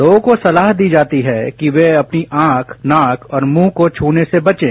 लोगों को सलाह दी जाती है कि वे अपनी आंख नाक और मुंह को छूने से बचें